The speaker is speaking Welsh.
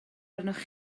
arnoch